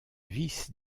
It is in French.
vis